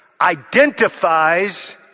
identifies